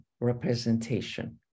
representation